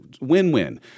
win-win